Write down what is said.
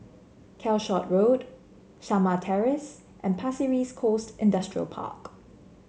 Calshot Road Shamah Terrace and Pasir Ris Coast Industrial Park